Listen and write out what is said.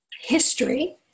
history